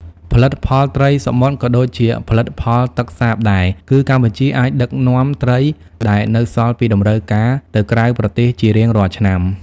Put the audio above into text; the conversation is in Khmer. ផលិតផលត្រីសមុទ្រក៏ដូចជាផលិផលទឹកសាបដែរ គឺកម្ពុជាអាចដឹកនាំត្រីដែលនៅសល់ពីតម្រូវការទៅក្រៅប្រទេសជារៀងរាល់ឆ្នាំ។